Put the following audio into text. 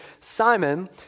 Simon